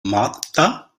martha